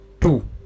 Two